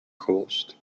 coast